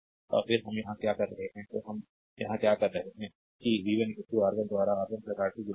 तो कि हम यहां क्या कर रहे हैं तो हम यहाँ क्या कर रहे हैं कि v1 R1 द्वारा R1 R2 v